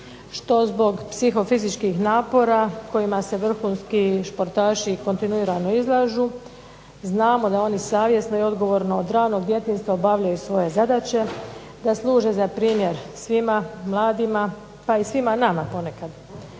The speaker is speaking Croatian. što zbog psihofizičkih napora kojima se vrhunski športaši kontinuirano izlažu, znamo da oni savjesno i odgovorno od ranog djetinjstva obavljaju svoje zadaće, da služe za primjer svima mladima, pa i svima nama ponekad,